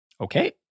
Okay